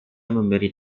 memberi